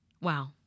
Wow